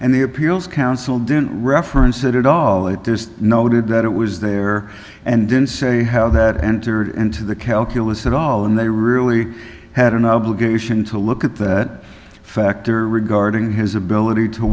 and the appeals council didn't reference it at all it just noted that it was there and didn't say how that entered into the calculus at all and they really had an obligation to look at that factor regarding his ability to